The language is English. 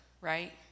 right